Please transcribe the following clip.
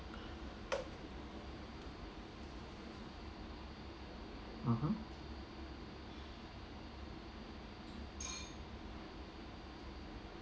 mmhmm